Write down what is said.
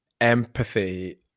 empathy